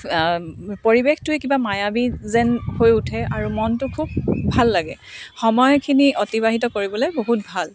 পৰিবেশটোয়ে কিবা মায়াবি যেন হৈ উঠে আৰু মনটো খুব ভাল লাগে সময়খিনি অতিবাহিত কৰিবলে বহুত ভাল